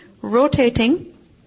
rotating